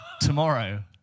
tomorrow